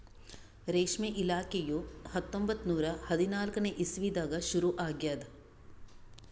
ರೇಷ್ಮೆ ಇಲಾಖೆಯು ಹತ್ತೊಂಬತ್ತು ನೂರಾ ಹದಿನಾಲ್ಕನೇ ಇಸ್ವಿದಾಗ ಶುರು ಆಗ್ಯದ್